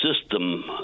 system